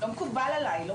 לא מקובל עליי,